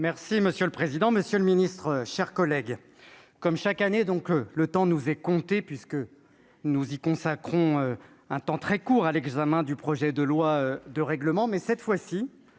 Merci monsieur le président, Monsieur le Ministre, chers collègues, comme chaque année donc, le temps nous est compté, puisque nous y consacrons un temps très court à l'examen du projet de loi de règlement,